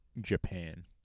Japan